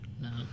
No